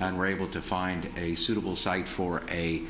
and were able to find a suitable site for a